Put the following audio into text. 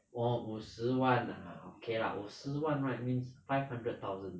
orh 五十万 ah okay lah 五十万 right means five hundred thousand